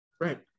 right